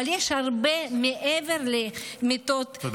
אבל יש הרבה מעבר למיטות,